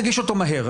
נגיש אותו מהר.